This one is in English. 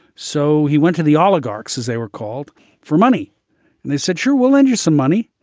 so he went to the oligarchs as they were called for money. and they said, sure will lend you some money,